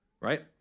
right